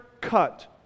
cut